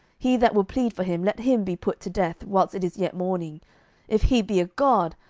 he that will plead for him, let him be put to death whilst it is yet morning if he be a god,